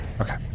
Okay